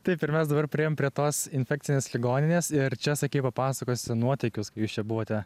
taip ir mes dabar priėjom prie tos infekcinės ligoninės ir čia sakei papasakosi nuotykius kai jūs čia buvote